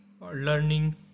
learning